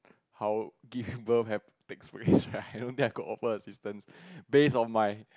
how giving birth have big risk right I don't think I could offer assistance based on my